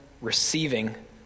receiving